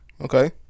Okay